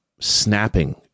Snapping